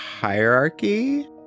hierarchy